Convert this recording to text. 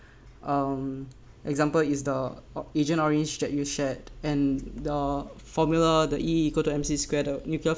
um example is the agent orange that you shared and the formula the E equals to M_C square the nuclear